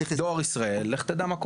דואר ישראל, לך תדע מה קורה.